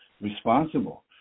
responsible